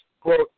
quote